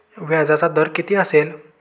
व्याजाचा दर किती असेल?